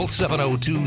702